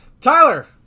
Tyler